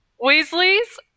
Weasley's